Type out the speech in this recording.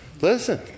Listen